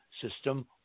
system